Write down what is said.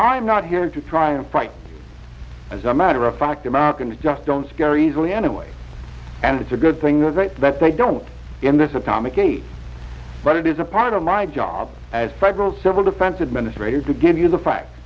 i'm not here to try and fight as a matter of fact americans just don't scare easily anyway and it's a good thing great that they don't in this atomic age but it is a part of my job as federal civil defense administrators to give you the fact